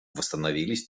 восстановились